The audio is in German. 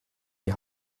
die